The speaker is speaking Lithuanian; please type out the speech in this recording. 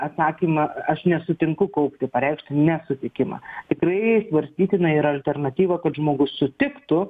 atsakymą aš nesutinku kaupti pareikšti nesutikimą tikrai svarstytina ir alternatyva kad žmogus sutiktų